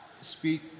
speak